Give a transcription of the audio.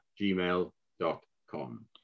gmail.com